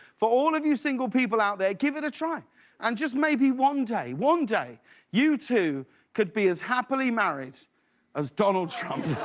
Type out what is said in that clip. for all you single people out there, give it a try and just maybe one day one day you too could be as happily married as donald trump.